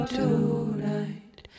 tonight